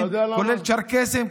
כולל צ'רקסים,